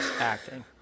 acting